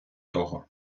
того